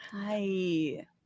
Hi